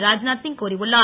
ராத்நாத் சிங் கூறியுள்ளார்